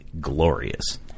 glorious